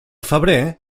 febrer